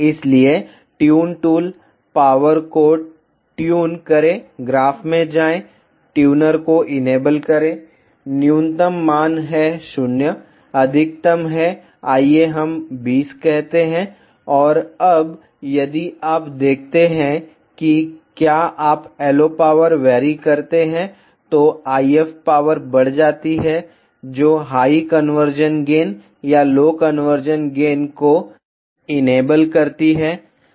इसलिए tune tool power को tune करें ग्राफ़ में जाएं ट्यूनर को इनेबल करें न्यूनतम मान है 0 अधिकतम है आइए हम 20 कहते हैं और अब यदि आप देखते हैं कि क्या आप LO पावर वेरी करते हैं तो IF पावर बढ़ जाती है जो हाई कन्वर्जन गेन या लो कन्वर्जन गेन को इनेबल करती है